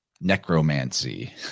necromancy